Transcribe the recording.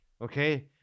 Okay